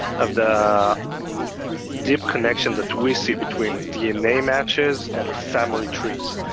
of the deep connection that we see between dna matches and family trees.